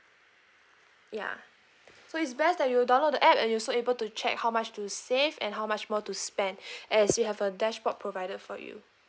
ya so it's best that you download the app and you also able to check how much to save and how much more to spend as you have a dashboard provided for you